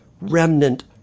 remnant